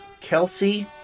Kelsey